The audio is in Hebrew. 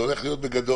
זה הולך להיות בגדול.